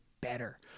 better